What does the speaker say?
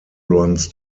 runs